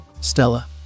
Stella